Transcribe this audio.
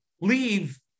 leave